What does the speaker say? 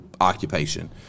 occupation